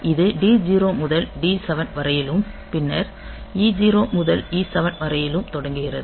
இது D0 முதல் D7 வரையிலும் பின்னர் E0 முதல் E7 வரையிலும் தொடங்குகிறது